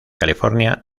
california